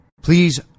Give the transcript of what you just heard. Please